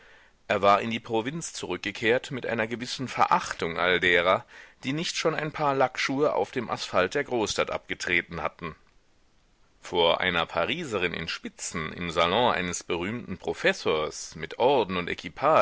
er war in die provinz zurückgekehrt mit einer gewissen verachtung aller derer die nicht schon ein paar lackschuhe auf dem asphalt der großstadt abgetreten hatten vor einer pariserin in spitzen im salon eines berühmten professors mit orden und